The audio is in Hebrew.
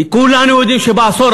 כי כולנו יודעים שבעשור,